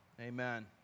amen